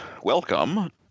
Welcome